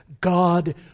God